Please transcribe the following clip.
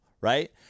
right